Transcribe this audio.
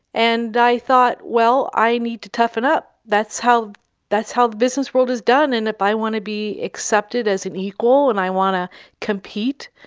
and i thought, well, i need to toughen up, that's how that's how the business world is done and if i want to be accepted as an equal and i want to compete,